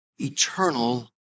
eternal